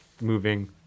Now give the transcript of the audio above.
moving